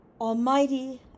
Almighty